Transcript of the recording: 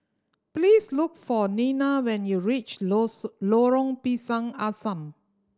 please look for Nena when you reach Lorong Pisang Asam